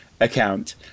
account